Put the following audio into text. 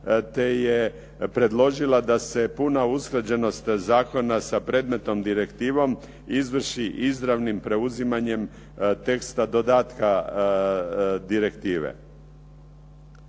te je predložila da se puna usklađenost zakona sa predmetnom direktivom izvrši izravnim preuzimanjem teksta dodatka direktive.